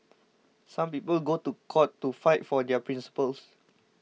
some people go to court to fight for their principles